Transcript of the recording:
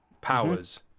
powers